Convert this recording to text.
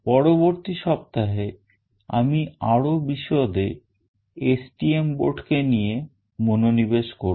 পরবর্তী সপ্তাহে আমি আরো বিশদে STM board কে নিয়ে মনোনিবেশ করব